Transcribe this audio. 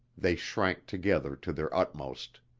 they shrank together to their utmost.